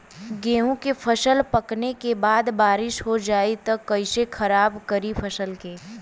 गेहूँ के फसल पकने के बाद बारिश हो जाई त कइसे खराब करी फसल के?